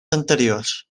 anteriors